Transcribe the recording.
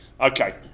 Okay